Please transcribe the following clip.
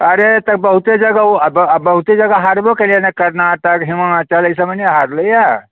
अरे तऽ बहुते जगह ओ आ बहुते जगह हारबो कयलैया ने कर्नाटक हिमाचल एहि सबमे नहि हारलैया